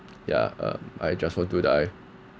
yeah ugh I just want to die